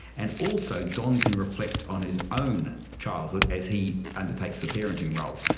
and also don can reflect on his own childhood as he undertakes the parenting role.